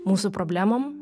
mūsų problemom